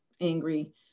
angry